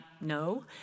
no